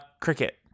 Cricket